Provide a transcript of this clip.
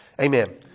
Amen